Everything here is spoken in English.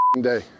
day